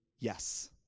Yes